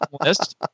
list